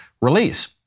release